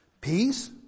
Peace